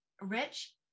Rich